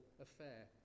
affair